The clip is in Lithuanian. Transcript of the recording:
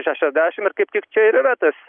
šešiasdešim ir kaip tik čia ir yra tas